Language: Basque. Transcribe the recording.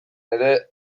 ere